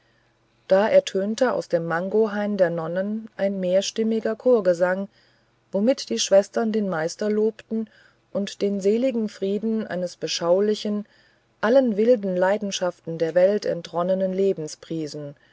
da ertönte aus dem mangohain der nonnen ein mehrstimmiger chorgesang womit die schwestern den meister lobten und den seligen frieden eines beschaulichen allen wilden leidenschaften der welt entronnenen